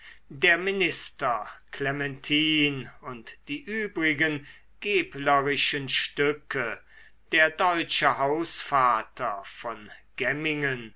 der minister clementine und die übrigen geblerischen stücke der deutsche hausvater von